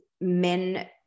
men